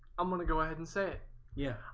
i'm gonna go ahead and say yeah,